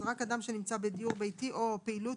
זאת אומרת: רק אדם שנמצא בדיור ביתי או פעילות